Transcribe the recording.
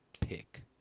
pick